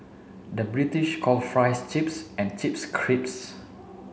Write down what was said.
the British call fries chips and chips crisps